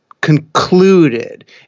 concluded